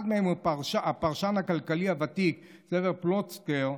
אחד מהם הוא הפרשן הכלכלי הוותיק סבר פלוצקר,